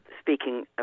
speaking